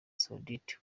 saoudite